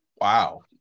Wow